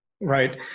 Right